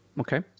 Okay